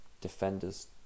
defenders